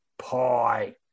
pie